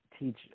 teach